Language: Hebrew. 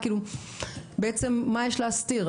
בעצם, מה יש להסתיר?